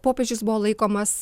popiežius buvo laikomas